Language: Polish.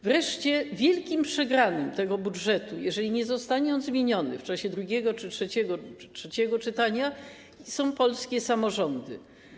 Wreszcie, wielkim przegranym tego budżetu, jeżeli nie zostanie on zmieniony w czasie drugiego czy trzeciego czytania, są polskie samorządy.